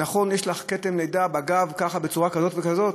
נכון יש לך כתם לידה בגב בצורה כזאת וכזאת?